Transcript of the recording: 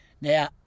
Now